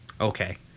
Okay